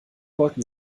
wollten